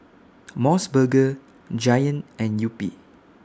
Mos Burger Giant and Yupi